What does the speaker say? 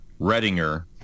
Redinger